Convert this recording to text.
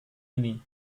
ini